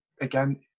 again